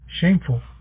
shameful